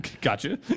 Gotcha